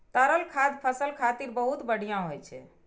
तरल खाद फसल खातिर बहुत बढ़िया होइ छै